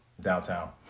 downtown